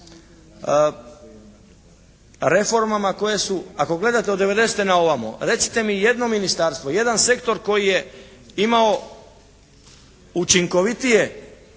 reformama koje su ako gledate od devedesete na ovamo recite mi jedno ministarstvo, jedan sektor koji je imao učinkovitije